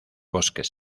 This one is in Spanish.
bosques